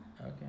Okay